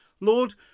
Lord